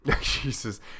jesus